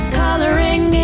coloring